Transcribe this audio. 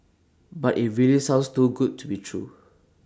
but IT really sounds too good to be true